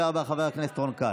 הדובר הבא, חבר הכנסת רון כץ.